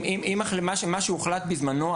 אם מה שהוחלט בזמנו,